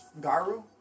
Garu